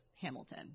Hamilton